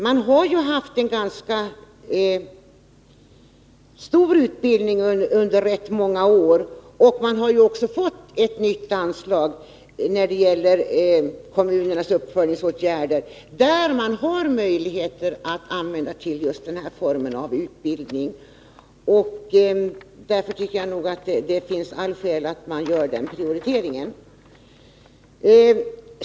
Man har ju haft en ganska stor utbildning under rätt många år, och man har också fått ett nytt anslag när det gäller kommunernas uppföljningsåtgärder, där man har möjlighet att använda just den här formen av utbildning. Därför tycker jag att det finns allt skäl att man gör just den prioriteringen.